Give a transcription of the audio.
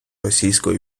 російської